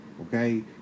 okay